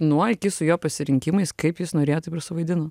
nuo iki su jo pasirinkimais kaip jis norėjo taip suvaidino